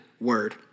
word